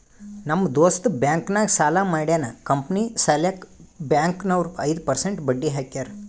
ನಮ್ ದೋಸ್ತ ಬ್ಯಾಂಕ್ ನಾಗ್ ಸಾಲ ಮಾಡ್ಯಾನ್ ಕಂಪನಿ ಸಲ್ಯಾಕ್ ಬ್ಯಾಂಕ್ ನವ್ರು ಐದು ಪರ್ಸೆಂಟ್ ಬಡ್ಡಿ ಹಾಕ್ಯಾರ್